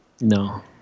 No